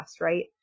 right